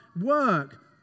work